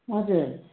हजुर